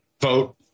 vote